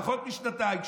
פחות משנתיים,